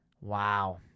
Wow